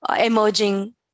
emerging